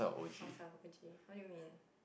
outside of O_G what do you mean